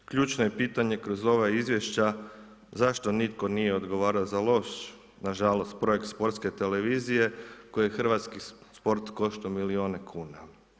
Ključno je pitanje kroz ova izvješća, zašto nitko nije odgovarao za loš, nažalost projekt Sportske televizije, koje hrvatski sport košta milijune kuna.